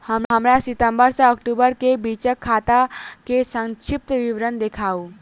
हमरा सितम्बर सँ अक्टूबर केँ बीचक खाता केँ संक्षिप्त विवरण देखाऊ?